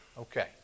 Okay